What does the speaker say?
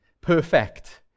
perfect